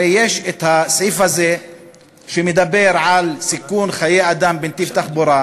הרי יש הסעיף הזה שמדבר על סיכון חיי אדם בנתיב תחבורה,